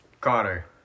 Connor